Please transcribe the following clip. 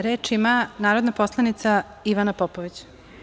Reč ima narodna poslanica Ivana Popović.